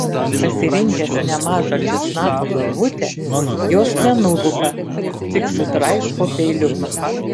pasirinkęs nemažą česnako galvutę jos nenulupa tik sutraiško peiliu